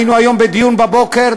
היינו בדיון היום בבוקר,